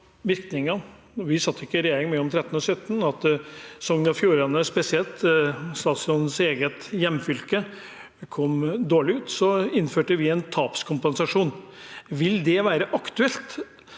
vi satt ikke i regjering mellom 2013 og 2017 – og Sogn og Fjordane spesielt, statsrådens eget hjemfylke, kom dårlig ut, innførte vi en tapskompensasjon. Vil det være aktuelt